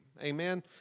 Amen